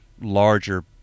larger